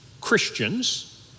Christians